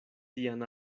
tian